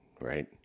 right